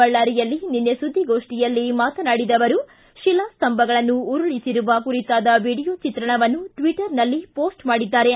ಬಳ್ಳಾರಿಯಲ್ಲಿ ನಿನ್ನೆ ಸುದ್ಗೋಷ್ಠಿಯಲ್ಲಿ ಮಾತನಾಡಿದ ಅವರು ಶಿಲಾ ಸ್ವಂಭಗಳನ್ನು ಉರುಳಿಸಿರುವ ಕುರಿತಾದ ವೀಡಿಯೋ ಚಿತ್ರಣವನ್ನು ಟಿಟ್ಟರ್ನಲ್ಲಿ ಹೋಸ್ಟ್ ಮಾಡಿದ್ದಾರೆ